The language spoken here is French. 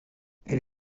elle